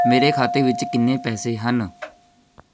ਮੇਰੇ ਖਾਤੇ ਵਿੱਚ ਕਿੰਨੇ ਪੈਸੇ ਹਨ